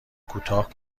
کوتاه